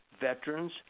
veterans